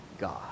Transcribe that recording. God